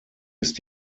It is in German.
ist